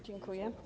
Dziękuję.